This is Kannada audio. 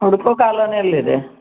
ಹುಡ್ಕೋ ಕಾಲೋನಿಯಲ್ಲಿದೆ